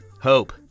hope